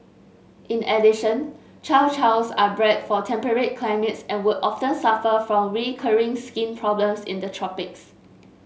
in addition Chow Chows are bred for temperate climates and would often suffer from recurring skin problems in the tropics